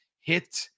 hit